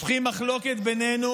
יש בינינו